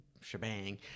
shebang